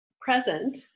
present